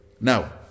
Now